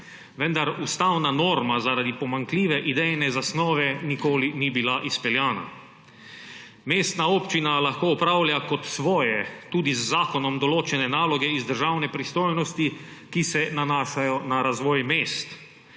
vendar ustavna norma zaradi pomanjkljive idejne zasnove nikoli ni bila izpeljana. Mestna občina lahko opravlja kot svoje tudi z zakonom določene naloge iz državne pristojnosti, ki se nanašajo na razvoj mest.